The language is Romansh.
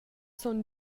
sogn